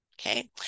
okay